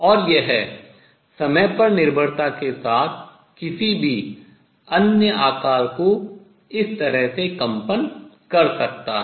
और यह समय पर निर्भरता के साथ किसी भी अन्य आकार को इस तरह से कंपन कर सकता है